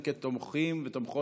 תוצאות